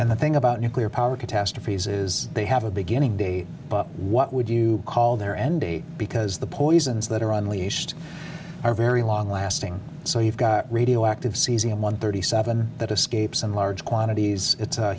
and the thing about nuclear power catastrophes is they have a beginning date what would you call their end date because the poisons that are on least are very long lasting so you've got radioactive cesium one thirty seven that escapes in large quantities it's